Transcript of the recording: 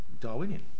Darwinian